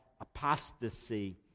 apostasy